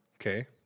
okay